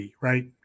right